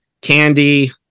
candy